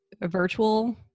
virtual